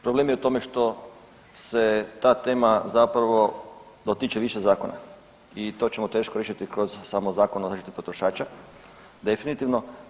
Problem je što se ta tema zapravo dotiče više zakona i to ćemo teško riješiti kroz samo Zakon o zaštiti potrošača definitivno.